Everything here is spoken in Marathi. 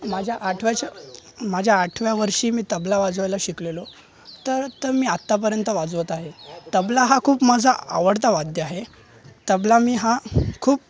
माझ्या आठव्याच्या माझ्या आठव्या वर्षी मी तबला वाजवायला शिकलेलो तर तर मी आत्तापर्यंत वाजवत आहे तबला हा खूप माझा आवडता वाद्य आहे तबला मी हा खूप